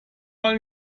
mal